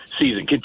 season